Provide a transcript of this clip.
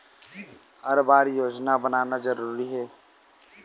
हर बार योजना बनाना जरूरी है?